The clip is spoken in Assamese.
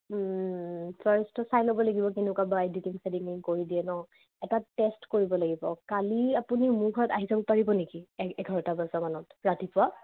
ফাৰ্ষ্টটো চাই ল'ব লাগিব কেনেকুৱা বা এডিটিং চেডিটিং কৰি দিয়ে ন এটা টেষ্ট কৰিব লাগিব কালি আপুনি মোৰ ঘৰত আহি যাব পাৰিব নেকি এঘাৰটা বজামানত ৰাতিপুৱা